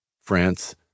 France